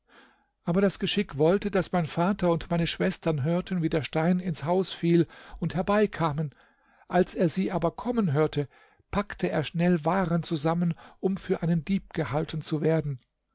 aber das geschick wollte daß mein vater und meine schwestern hörten wie der stein ins haus fiel und herbeikamen als er sie aber kommen hörte packte er schnell waren zusammen um für einen dieb gehalten zu werden